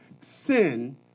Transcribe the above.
sin